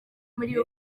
muri